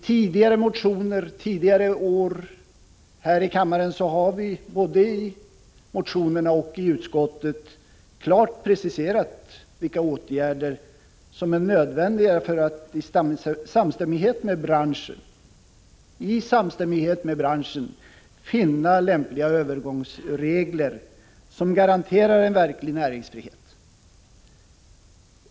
Både i motioner till riksdagen tidigare år och vid behandlingen i utskottet har vi klart preciserat vilka åtgärder som är nödvändiga för att i samstämmighet med branschen — jag vill betona det — finna lämpliga övergångsregler som garanterar en verklig näringsfrihet.